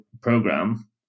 program